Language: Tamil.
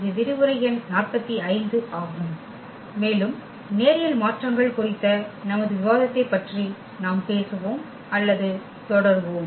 இது விரிவுரை எண் 45 ஆகும் மேலும் நேரியல் மாற்றங்கள் குறித்த நமது விவாதத்தைப் பற்றி நாம் பேசுவோம் அல்லது தொடருவோம்